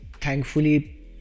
thankfully